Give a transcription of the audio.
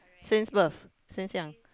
since birth since young